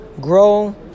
grow